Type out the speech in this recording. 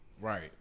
Right